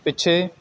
ਪਿੱਛੇ